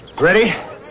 Ready